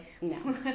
No